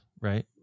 right